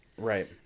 Right